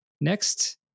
next